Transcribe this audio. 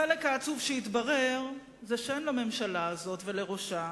החלק העצוב שהתברר זה שאין לממשלה הזאת ולראשה